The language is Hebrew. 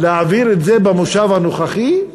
להעביר את זה במושב הנוכחי?